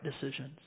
decisions